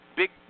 big